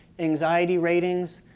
anxiety ratings.